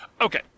Okay